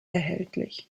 erhältlich